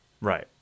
Right